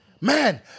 Man